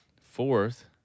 Fourth